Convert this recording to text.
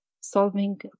solving